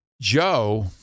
Joe